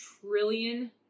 trillion